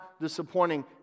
disappointing